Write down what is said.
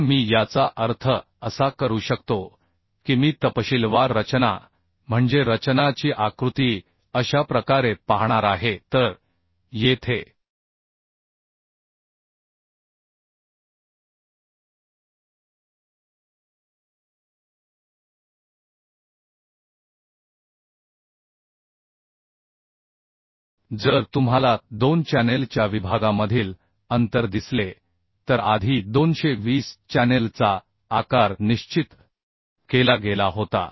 आता मी याचा अर्थ असा करू शकतो की मी तपशीलवार रचना म्हणजे रचनाची आकृती अशा प्रकारे पाहणार आहे तर येथे जर तुम्हाला 2 चॅनेल च्या विभागामधील अंतर दिसले तर आधी 220 चॅनेल चा आकार निश्चित केला गेला होता